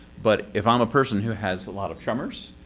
but if i'm a person who has a lot of tremors,